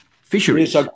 Fisheries